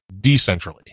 decentrally